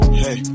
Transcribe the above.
hey